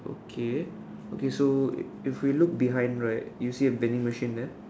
okay okay so if we look behind right you see a vending machine there